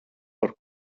par